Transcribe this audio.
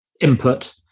input